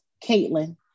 Caitlin